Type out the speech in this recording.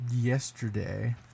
yesterday